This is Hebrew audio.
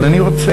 אבל אני רוצה,